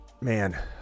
man